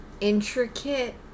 intricate